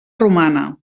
romana